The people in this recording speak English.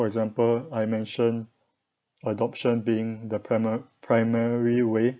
example I mention adoption being the prima~ primary way